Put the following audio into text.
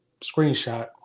screenshot